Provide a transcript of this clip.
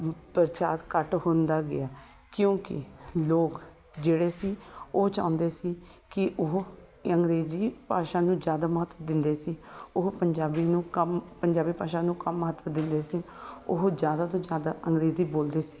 ਪ੍ਰਚਾਰ ਘੱਟ ਹੁੰਦਾ ਗਿਆ ਕਿਉਂਕਿ ਲੋਕ ਜਿਹੜੇ ਸੀ ਉਹ ਚਾਹੁੰਦੇ ਸੀ ਕਿ ਉਹ ਅੰਗਰੇਜ਼ੀ ਭਾਸ਼ਾ ਨੂੰ ਜ਼ਿਆਦਾ ਮਹੱਤਵ ਦਿੰਦੇ ਸੀ ਉਹ ਪੰਜਾਬੀ ਨੂੰ ਕਮ ਪੰਜਾਬੀ ਭਾਸ਼ਾ ਨੂੰ ਕਮ ਮਹੱਤਵ ਦਿੰਦੇ ਸੀ ਉਹ ਜ਼ਿਆਦਾ ਤੋਂ ਜ਼ਿਆਦਾ ਅੰਗਰੇਜ਼ੀ ਬੋਲਦੇ ਸੀ